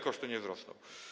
Koszty te nie wzrosną.